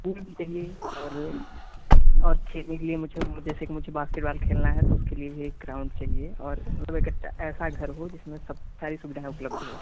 pool चाहिए और और खेलने के लिए मुझे मुझे जैसे कि मुझे बास्केटबाल खेलना है तो उसके लिए भी एक ग्राउंड चाहिए और हमें एक ऐसा घर हो जिसमें सब सारी सुविधाएँ उपलब्ध हों